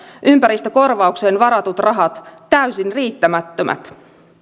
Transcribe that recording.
ympäristökorvaukseen varatut rahat täysin riittämättömät